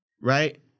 Right